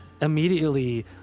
immediately